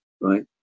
right